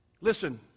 Listen